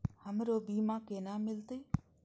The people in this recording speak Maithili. हमरो बीमा केना मिलते?